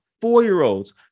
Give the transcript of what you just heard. four-year-olds